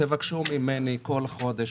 תבקשו ממני כל חודש,